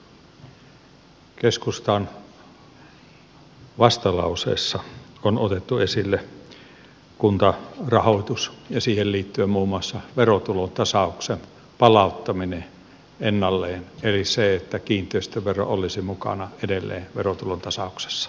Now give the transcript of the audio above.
keskustan vastalauseessa on otettu esille kuntarahoitus ja siihen liittyen muun muassa verotulotasauksen palauttaminen ennalleen eli se että kiinteistövero olisi mukana edelleen verotulotasauksessa